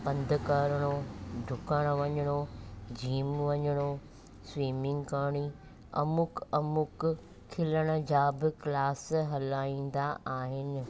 पंधु करिणो डुकण वञिणो जीम वञिणो स्वीमिंग करिणी अमुक अमुक खिलण जा बि क्लास हलाईंदा आहिनि